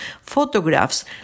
photographs